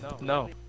No